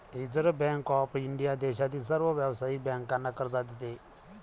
reserve bank of India देशातील सर्व व्यावसायिक बँकांना कर्ज देते